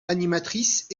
animatrice